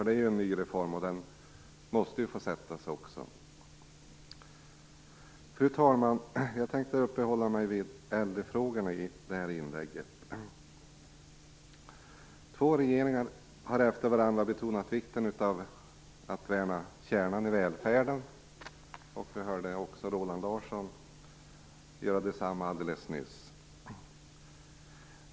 Det är ju en ny reform, och den måste få sätta sig. Fru talman! Jag tänkte uppehålla mig vid äldrefrågorna i det här inlägget. Två regeringar har efter varandra betonat vikten av att värna kärnan i välfärden. Vi hörde också Roland Larsson göra detsamma alldeles nyss.